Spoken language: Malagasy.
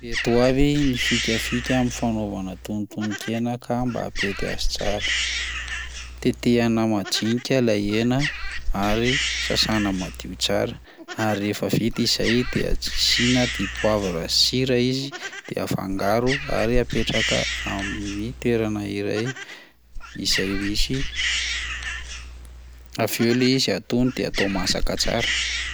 Ireto avy ny fikafika amin'ny fanaovana tonotonon-kena ka mba hampety azy tsara: tetehana madinika lay hena ary sasana madio tsara, ary rehefa vita izay de asiana dipoavatra sy sira izy de afangaro ary apetraka amin'ny toerana iray izay misy- ,avy eo le izy atono de atao masaka tsara.